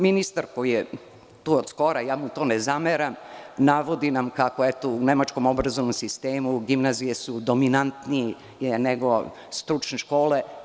Ministar koji je tu od skora, ja mu to ne zameram, navodi nam kako su u nemačkom obrazovnom sistemu gimnazije dominantnije nego stručne škole.